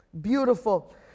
Beautiful